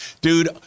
dude